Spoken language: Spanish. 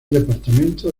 departamento